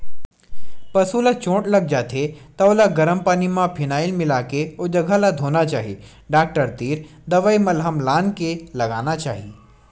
पसु ल चोट लाग जाथे त ओला गरम पानी म फिनाईल मिलाके ओ जघा ल धोना चाही डॉक्टर तीर दवई मलहम लानके लगाना चाही